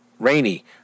Rainy